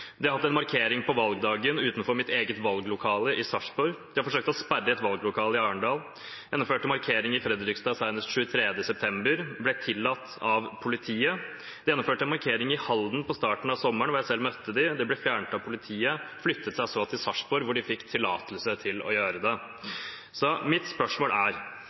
De hadde en markering på valgdagen utenfor mitt eget valglokale i Sarpsborg. De har forsøkt å sperre et valglokale i Arendal. De gjennomførte en markering i Fredrikstad senest 23. september, den ble tillatt av politiet. De gjennomførte en markering i Halden i starten av sommeren, da jeg selv møtte dem. De ble fjernet av politiet, og de flyttet seg så til Sarpsborg, hvor de fikk tillatelse til en markering. Mitt spørsmål er: